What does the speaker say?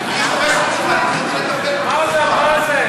האחרונה.